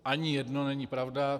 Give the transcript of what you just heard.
Ani jedno není pravda.